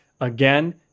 again